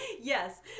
Yes